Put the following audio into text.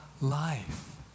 life